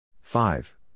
Five